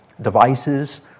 devices